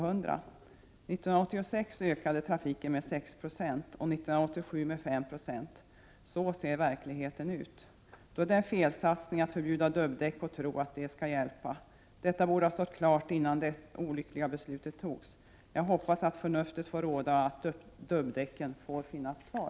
År 1986 ökade trafiken med 6 Z6 och 1987 med 5 90. Så ser verkligheten ut. Då är det en felsatsning att förbjuda dubbdäck och tro att det skall hjälpa. Detta borde ha stått klart innan det olyckliga beslutet fattades. Jag hoppas att förnuftet får råda och att dubbdäcken får finnas kvar.